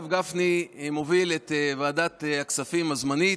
מוביל את ועדת הכספים הזמנית,